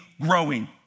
growing